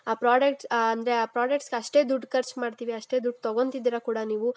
ಆ ಪ್ರಾಡಕ್ಟ್ಸ್ ಅಂದರೆ ಆ ಪ್ರಾಡಕ್ಟ್ಸ್ಗೆ ಅಷ್ಟೇ ದುಡ್ಡು ಖರ್ಚು ಮಾಡ್ತೀವಿ ಅಷ್ಟೇ ದುಡ್ಡು ತಗೊತಿದಿರ ಕೂಡ ನೀವು